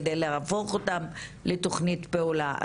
כדי להפוך אותן לתוכנית פעולה.